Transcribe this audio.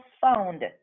found